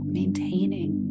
maintaining